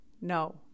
no